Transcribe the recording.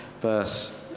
verse